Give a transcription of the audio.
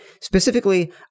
specifically